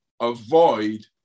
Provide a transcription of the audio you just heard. avoid